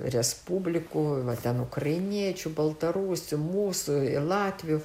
respublikų va ten ukrainiečių baltarusių mūsų ir latvių